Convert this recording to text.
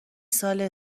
ساله